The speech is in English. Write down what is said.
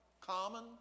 common